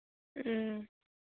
ꯎꯝ